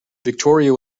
victoria